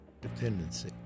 Dependency